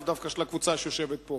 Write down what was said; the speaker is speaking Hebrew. ולאו דווקא של הקבוצה שיושבת פה.